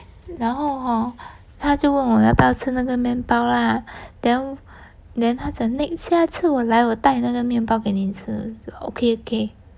然后 hor 他就问我要不要吃那个面包啦 then then 他讲 next 下次我来我带那个面包给你吃就 okay okay